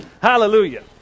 Hallelujah